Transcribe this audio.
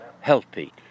Healthy